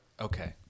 Okay